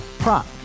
Prop